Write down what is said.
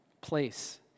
place